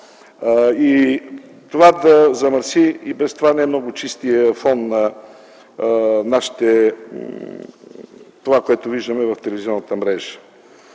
и това да замърси и без това не много чистия фон на това, което виждаме в телевизионната мрежа.